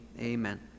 amen